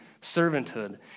servanthood